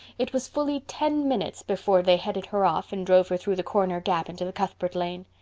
it was fully ten minutes before they headed her off and drove her through the corner gap into the cuthbert lane.